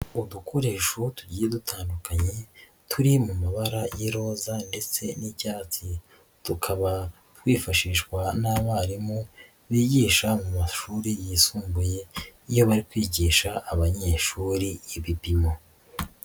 Udukoresho tugiye dutandukanye turi mu mabara y'iroza ndetse n'icyatsi, tukaba twifashishwa n'abarimu bigisha mu mashuri yisumbuye, iyo bari kwigisha abanyeshuri ibipimo.